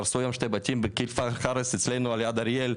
הרסו היום שני בתים אצלנו על יד אריאל,